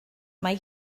mae